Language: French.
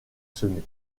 semer